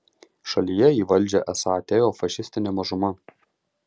šalyje į valdžią esą atėjo fašistinė mažuma